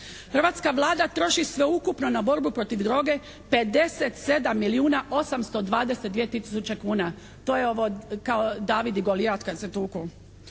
Hrvatska vlada troši sveukupno na borbu protiv droge 57 milijuna 822 tisuće kuna. To je ovo kao David i Golijat kad se tuku.